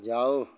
जाओ